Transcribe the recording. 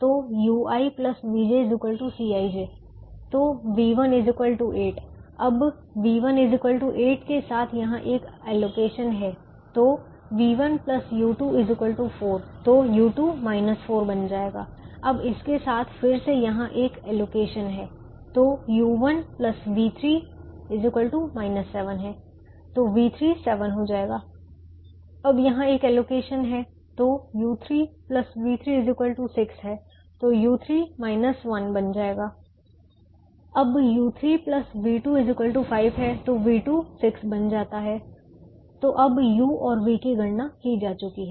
तो ui vj Cij तो v1 8 अब v1 8 के साथ यहाँ एक एलोकेशन है तो v1 u2 4 तो u2 4 बन जाएगा अब इसके साथ फिर से यहाँ एक एलोकेशन है तो u1 v3 7 हैं तो v3 7 हो जाएगा अब यहाँ एक एलोकेशन है तो u3 v3 6 हैं तो u3 1 बन जाएगा अब u3 v2 5 हैं तो v2 6 बन जाता हैं तो अब u और v की गणना की जा चुकी है